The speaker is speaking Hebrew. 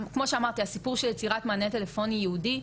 כמו שאמרתי, הסיפור של יצירת מענה טלפוני ייעודי,